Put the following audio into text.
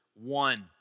one